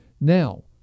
Now